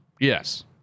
Yes